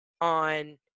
on